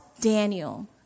Daniel